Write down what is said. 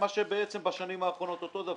מה שבעצם היה בשנים האחרונות, אותו דבר.